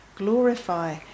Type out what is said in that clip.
Glorify